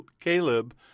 Caleb